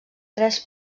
tres